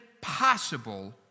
possible